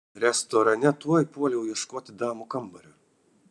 restorane tuoj puoliau ieškoti damų kambario